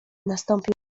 nastąpił